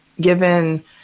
given